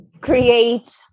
create